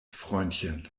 freundchen